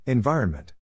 Environment